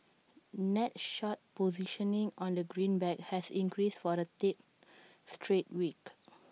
net short positioning on the greenback has increased for A third straight week